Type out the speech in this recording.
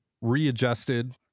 readjusted